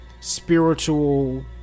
Spiritual